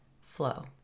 flow